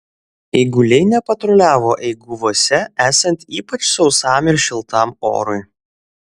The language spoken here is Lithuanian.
eiguliai nepatruliavo eiguvose esant ypač sausam ir šiltam orui